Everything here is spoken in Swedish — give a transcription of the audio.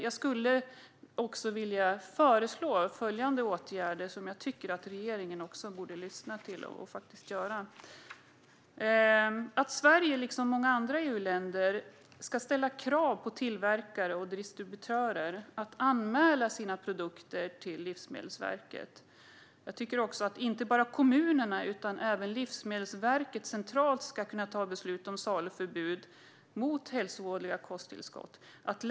Jag skulle också vilja föreslå följande åtgärder som jag tycker att regeringen borde lyssna till och vidta. Sverige bör, liksom många andra EU-länder, ställa krav på tillverkare och distributörer att anmäla sina produkter till Livsmedelsverket. Och inte bara kommunerna utan även Livsmedelsverket centralt ska kunna ta beslut om saluförbud mot hälsovådliga kosttillskott.